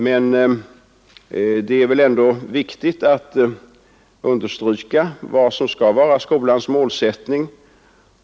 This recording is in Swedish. Men det är ändå viktigt att understryka vad som skall vara skolans målsättning.